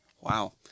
wow